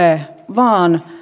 vaan